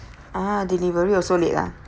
ah delivery also late lah